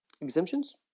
exemptions